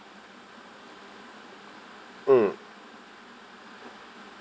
mm